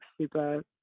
super